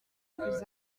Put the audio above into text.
plus